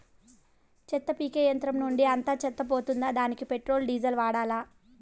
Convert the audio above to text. చెత్త పీకే యంత్రం నుండి అంతా చెత్త పోతుందా? దానికీ పెట్రోల్, డీజిల్ వాడాలా?